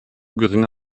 geringe